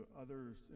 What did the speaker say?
others